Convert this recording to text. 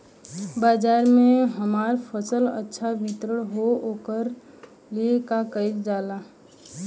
बाजार में हमार फसल अच्छा वितरण हो ओकर लिए का कइलजाला?